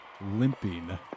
limping